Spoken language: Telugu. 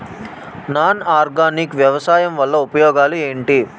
నాన్ ఆర్గానిక్ వ్యవసాయం వల్ల ఉపయోగాలు ఏంటీ?